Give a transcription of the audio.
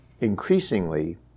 increasingly